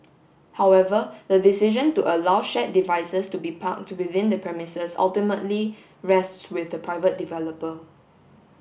however the decision to allow shared devices to be parked within the premises ultimately rests with the private developer